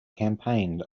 campaigned